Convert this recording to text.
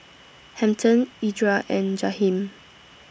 Hampton Edra and Jaheem